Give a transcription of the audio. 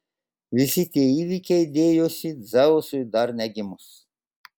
visi tie įvykiai dėjosi dzeusui dar negimus